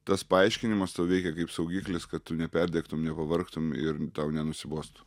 tas paaiškinimas tau veikia kaip saugiklis kad tu neperdegtum nepavargtum ir tau nenusibostų